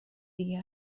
دیگه